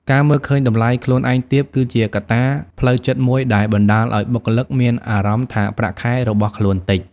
ការមើលឃើញតម្លៃខ្លួនឯងទាប គឺជាកត្តាផ្លូវចិត្តមួយដែលបណ្ដាលឲ្យបុគ្គលិកមានអារម្មណ៍ថាប្រាក់ខែរបស់ខ្លួនតិច។